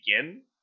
begin